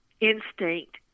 instinct